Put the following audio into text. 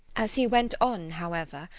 as he went on, however,